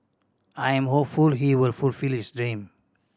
I am hopeful he will fulfil his dream